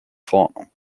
verordnungen